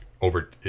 over